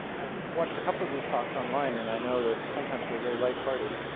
i've watched a couple of these talks online and i know that sometimes they're very lighthearted.